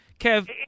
Kev